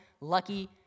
lucky